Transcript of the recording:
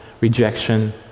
rejection